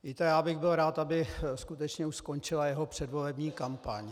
Víte, já bych byl rád, aby skutečně už skončila jeho předvolební kampaň.